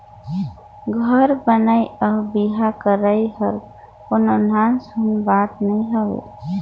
घर बनई अउ बिहा करई हर कोनो नान सून बात ना हवे